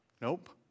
Nope